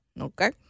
Okay